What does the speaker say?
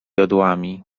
jodłami